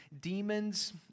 demons